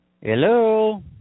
Hello